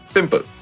Simple